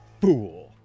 fool